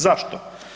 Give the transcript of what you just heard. Zašto?